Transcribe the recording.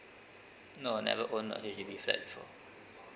no never own a H_D_B flat before